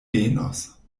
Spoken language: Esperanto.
benos